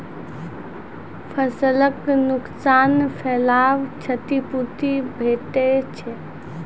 फसलक नुकसान भेलाक क्षतिपूर्ति भेटैत छै?